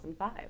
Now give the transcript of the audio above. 2005